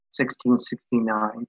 1669